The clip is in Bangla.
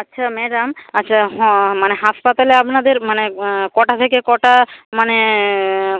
আচ্ছা ম্যাডাম আচ্ছা মানে হাসপাতালে আপনাদের মানে কটা থেকে কটা মানে